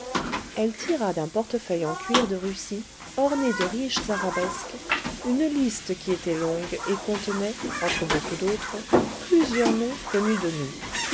elle tira d'un portefeuille en cuir de russie orné de riches arabesques une liste qui était longue et contenait entre beaucoup d'autres plusieurs noms connus de nous